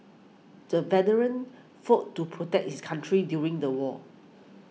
the veteran fought to protect his country during the war